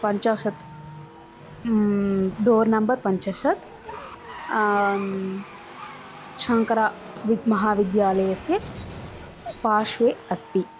पञ्चाशत् door number पञ्चाशत् शङ्करा विद् महाविद्यालयस्य पार्श्वे अस्ति